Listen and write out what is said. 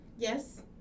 Yes